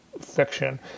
fiction